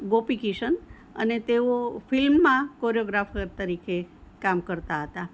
ગોપી કિશન અને તેઓ ફિલ્મમાં કોરીઓગ્રાફર તરીકે કામ કરતા હતા